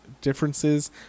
differences